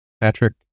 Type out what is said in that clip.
Patrick